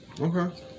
Okay